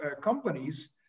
companies